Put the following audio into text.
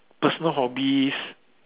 personal hobbies